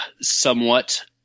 somewhat